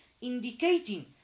indicating